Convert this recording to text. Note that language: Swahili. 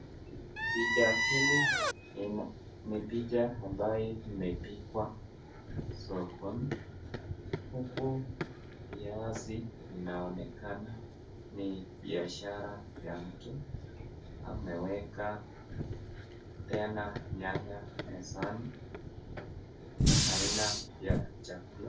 Picha hili ni picha ambayo imepikwa sokoni huku viazi inaonekana ni biashara ya mtu ameweka tena nyanya mezani na aina vya chakula.